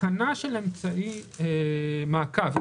התקנה של אמצעי מעקב,